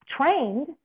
trained